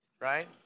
right